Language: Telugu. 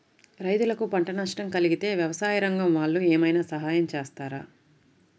రైతులకు పంట నష్టం కలిగితే వ్యవసాయ రంగం వాళ్ళు ఏమైనా సహాయం చేస్తారా?